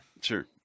Sure